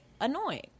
annoying